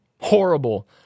horrible